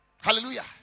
Hallelujah